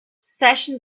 session